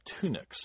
tunics